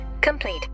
complete